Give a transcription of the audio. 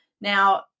Now